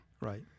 Right